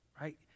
right